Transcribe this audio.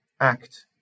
act